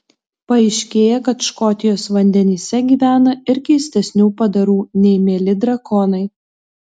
paaiškėja kad škotijos vandenyse gyvena ir keistesnių padarų nei mieli drakonai